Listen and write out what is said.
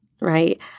right